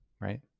right